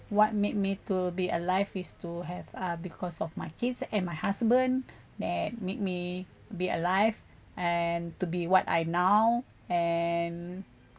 what made me to be alive is to have uh because of my kids and my husband that make me be alive and to be what I now and